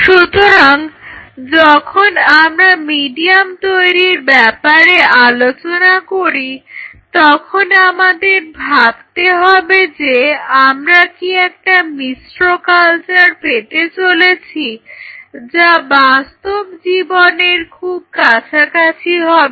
সুতরাং যখন আমরা মিডিয়াম তৈরি করার ব্যাপারে আলোচনা করি তখন আমাদেরকে ভাবতে হবে যে আমরা কি একটা মিশ্র কালচার পেতে চাইছি যা বাস্তবের জীবনের খুব কাছাকাছি হবে